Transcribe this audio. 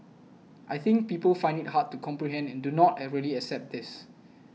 I think people find it hard to comprehend do not really accept this